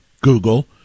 Google